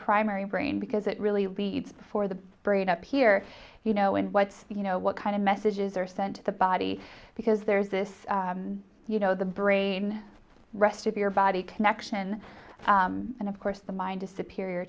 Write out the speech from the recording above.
primary brain because it really leads for the brain up here you know and what you know what kind of messages are sent to the body because there's this you know the brain rest of your body connection and of course the mind